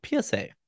psa